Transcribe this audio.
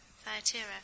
Thyatira